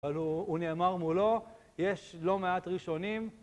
אבל הוא נאמר מולו, יש לא מעט ראשונים...